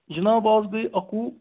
جناب اَز گٔے اَکہٕ وُہ